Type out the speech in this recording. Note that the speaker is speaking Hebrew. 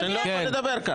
אני לא יכול לדבר ככה.